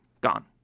gone